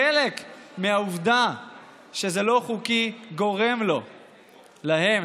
חלק מהעובדה שזה לא חוקי גורם להם,